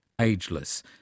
Ageless